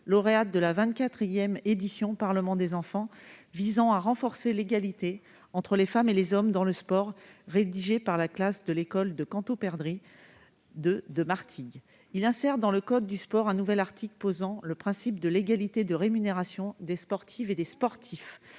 lauréate de la 24 édition du Parlement des enfants, visant à renforcer l'égalité entre les femmes et les hommes dans le sport, rédigée par la classe de l'école de Canto Perdrix 2 de Martigues. Cet amendement vise à insérer dans le code du sport un nouvel article posant le principe de l'égalité de rémunération des sportives et des sportifs,